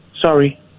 Sorry